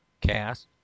cast